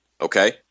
Okay